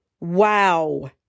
Wow